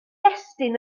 estyn